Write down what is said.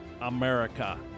america